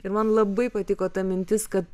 ir man labai patiko ta mintis kad